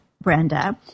Brenda